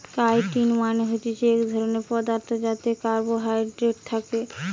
chitin মানে হতিছে এক ধরণের পদার্থ যাতে কার্বোহাইড্রেট থাকে